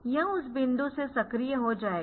यह उस बिंदु से सक्रिय हो जाएगा